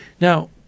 Now